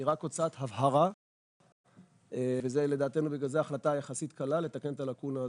היא רק הוצאת הבהרה ובגלל זה זו החלטה יחסית קלה לתקן את הלאקונה הזאת.